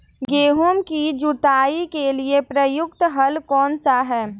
गेहूँ की जुताई के लिए प्रयुक्त हल कौनसा है?